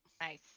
Nice